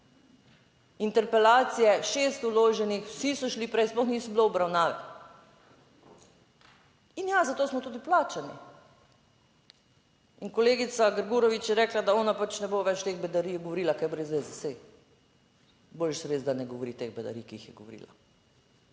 Interpelacije, šest vloženih, vsi so šli prej, sploh niso bile obravnave. In ja, zato smo tudi plačani. In kolegica Grgurevič je rekla, da ona pač ne bo več teh bedarij govorila, ker je brez veze, saj boljše res, da ne govori teh bedarij, ki jih je govorila,